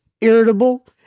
irritable